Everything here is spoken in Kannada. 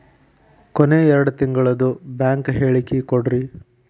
ಕೊನೆ ಎರಡು ತಿಂಗಳದು ಬ್ಯಾಂಕ್ ಹೇಳಕಿ ಕೊಡ್ರಿ